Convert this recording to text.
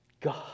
God